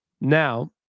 Now